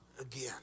again